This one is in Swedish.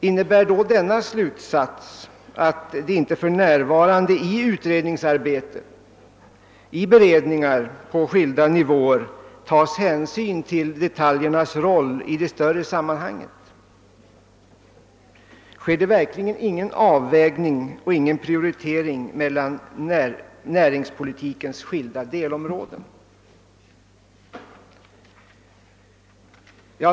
Innebär då denna slutsats, att det för närvarande i utredningsarbetet och i beredningar på skilda nivåer inte tas hänsyn till detaljernas roll i det större sammanhanget? Sker det verkligen ingen avvägning och ingen prioritering mellan näringspolitikens skilda delområden?